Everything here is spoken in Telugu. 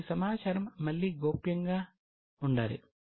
ఈ సమాచారం మళ్ళీ గోప్యంగా ఉండాలి